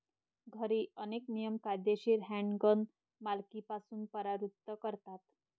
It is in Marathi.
घरी, अनेक नियम कायदेशीर हँडगन मालकीपासून परावृत्त करतात